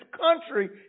country